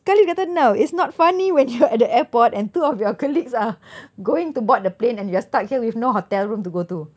sekali dia kata no it's not funny when you are at the airport and two of your colleagues are going to board the plane and you are stuck here with no hotel room to go to